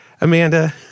Amanda